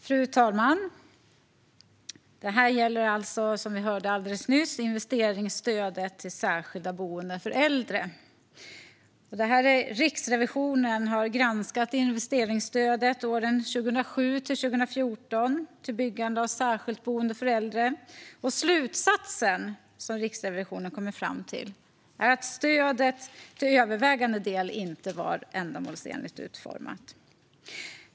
Fru talman! Som vi hörde alldeles nyss gäller detta ärende investeringsstödet till särskilda boenden för äldre. Riksrevisionen har granskat investeringsstödet till byggande av särskilda boenden för äldre åren 2007-2014. Slutsatsen som Riksrevisionen kommer fram till är att stödet till övervägande del inte var ändamålsenligt utformat.